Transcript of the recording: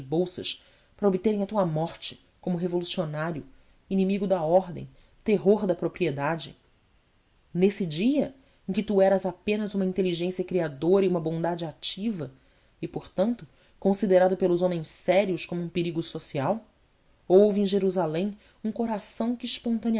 bolsas para obterem a tua morte como revolucionário inimigo da ordem terror da propriedade nesse dia em que tu eras apenas uma inteligência criadora e uma bondade ativa e portanto considerado pelos homens sérios como um perigo social houve em jerusalém um coração que